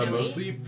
mostly